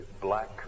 black